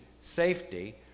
safety